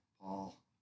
Paul